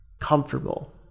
comfortable